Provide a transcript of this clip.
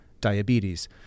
diabetes